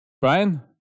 Brian